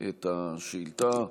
את השאילתה.